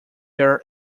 their